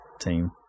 team